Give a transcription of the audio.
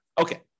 Okay